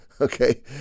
okay